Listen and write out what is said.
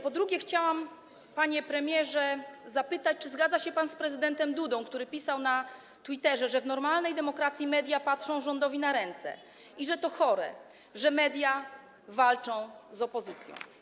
Po drugie, chciałam, panie premierze, zapytać, czy zgadza się pan z prezydentem Dudą, który pisał na Twitterze, że w normalnej demokracji media patrzą rządowi na ręce i że to chore, że media walczą z opozycją.